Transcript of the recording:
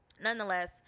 nonetheless